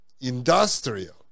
Industrial